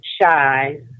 shy